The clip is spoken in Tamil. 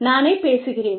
நானே பேசுகிறேன்